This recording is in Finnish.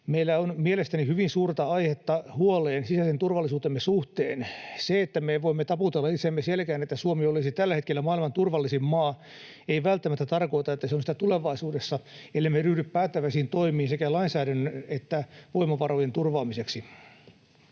Meillä on mielestäni hyvin suurta aihetta huoleen sisäinen turvallisuutemme suhteen. Se, että me voimme taputella itseämme selkään, että Suomi olisi tällä hetkellä maailman turvallisin maa, ei välttämättä tarkoita, että se on sitä tulevaisuudessa, ellemme ryhdy päättäväisiin toimiin sekä lainsäädännön että voimavarojen turvaamiseksi.